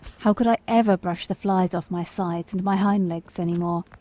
how could i ever brush the flies off my sides and my hind legs any more?